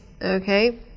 okay